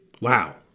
Wow